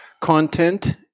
content